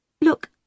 Look